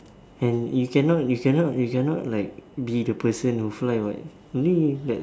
and you cannot you cannot you cannot like be the person who fly what only that